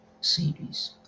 series